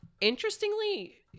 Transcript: interestingly